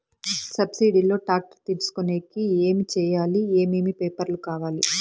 Subsidy లో tractor తీసుకొనేకి ఏమి చేయాలి? ఏమేమి పేపర్లు కావాలి?